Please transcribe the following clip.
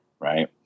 right